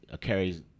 carries